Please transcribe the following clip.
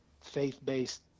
faith-based